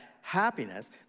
happiness